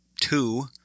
two